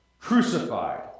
crucified